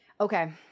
okay